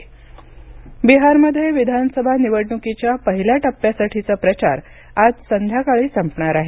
बिहार निवडणक बिहारमध्ये विधानसभा निवडणुकीच्या पहिल्या टप्प्यासाठीचा प्रचार आज संध्याकाळी संपणार आहे